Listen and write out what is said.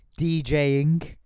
DJing